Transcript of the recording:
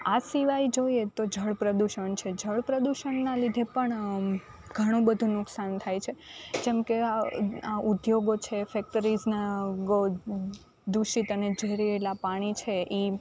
આ સિવાય જોઈએ તો જળ પ્રદૂષણ છે જળ પ્રદૂષણના લીધે પણ ઘણું બધું નુકસાન થાય છે જેમકે આ ઉદ્યોગો છે ફેક્ટરીસ ના દૂષિત અને ઝેરીલા પાણી છે એ